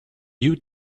new